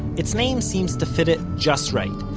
it's name seems to fit it just right.